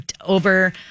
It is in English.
over